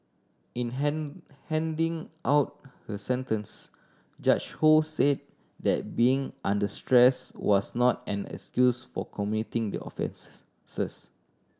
in hand handing out her sentence Judge Ho said that being under stress was not an excuse for committing the offence